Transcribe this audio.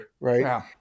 Right